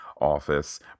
office